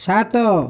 ସାତ